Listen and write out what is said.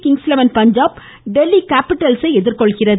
Kings eleven Punjab Delhi கேப்பிட்டல்ஸை எதிர்கொள்கிறது